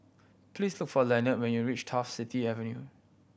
please look for Lenord when you reach Turf City Avenue